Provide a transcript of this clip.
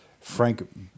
Frank